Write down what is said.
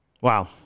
Wow